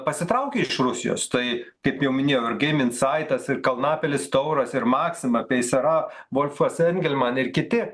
pasitraukė iš rusijos tai kaip jau minėjau ir geiminsaitas ir kalnapilis tauras ir maxima paysera volfas engelman ir kiti